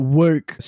work